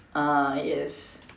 ah yes